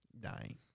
Dying